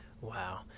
wow